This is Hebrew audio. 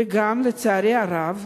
ולצערי הרב,